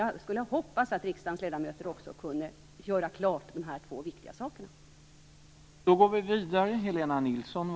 Jag skulle hoppas att också riksdagens ledamöter kunde göra dessa två viktiga saker klara för sig.